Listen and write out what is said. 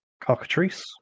Cockatrice